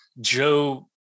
Joe